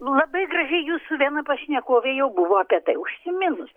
labai graži jūsų viena pašnekovė jau buvo apie tai užsiminus